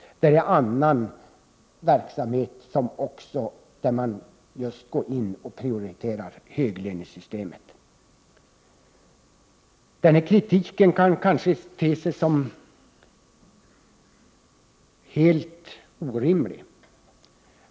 Även inom annan verksamhet prioriteras höglönesystemet. Denna kritik kan kanske te sig helt orimlig.